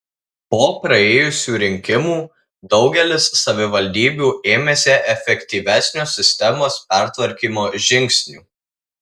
po praėjusių rinkimų daugelis savivaldybių ėmėsi efektyvesnio sistemos pertvarkymo žingsnių